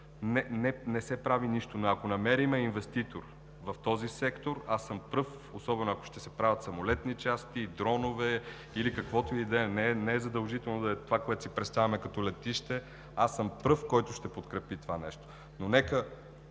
не се прави нищо, но ако намерим инвеститор в този сектор, аз съм пръв, особено ако ще се правят самолетни части, дронове или каквото и да е, не е задължително да е това, което си представяме като летище, аз съм пръв, който ще подкрепи това нещо.